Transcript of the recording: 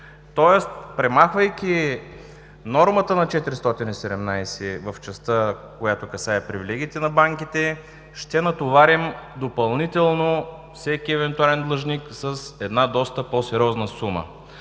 Премахвайки нормата на чл. 417 в частта, която касае привилегиите на банките, ще натоварим допълнително всеки евентуален длъжник с доста по-сериозна сума,